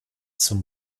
zum